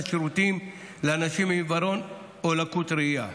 שירותים לאנשים עם עיוורון או לקות ראייה.